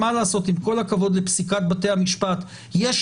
כי מה לעשות,